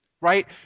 Right